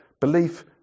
Belief